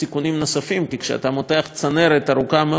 כי כשאתה מותח צנרת ארוכה מאוד לצורך זה,